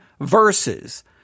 verses